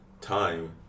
time